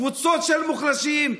קבוצות של מוחלשים,